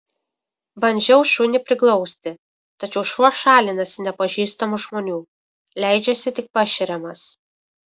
bandžiau šunį priglausti tačiau šuo šalinasi nepažįstamų žmonių leidžiasi tik pašeriamas